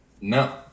No